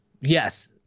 Yes